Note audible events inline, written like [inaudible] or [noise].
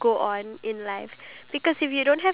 [laughs] okay [laughs]